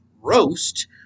roast